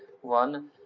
one